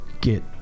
get